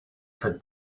for